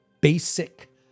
basic